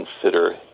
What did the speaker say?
consider